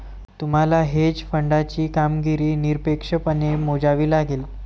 तुम्हाला हेज फंडाची कामगिरी निरपेक्षपणे मोजावी लागेल